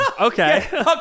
okay